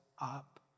up